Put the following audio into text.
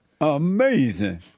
Amazing